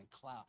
cloud